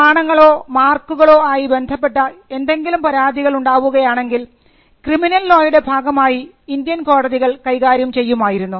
പ്രമാണങ്ങളോ മാർക്കുകളോ ആയി ബന്ധപ്പെട്ട എന്തെങ്കിലും പരാതികൾ ഉണ്ടാവുകയാണെങ്കിൽ ക്രിമിനൽ ലോയുടെ ഭാഗമായി ഇന്ത്യൻ കോടതികൾ കൈകാര്യം ചെയ്യുമായിരുന്നു